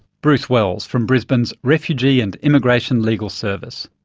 bruce wells from brisbane's refugee and immigration legal service.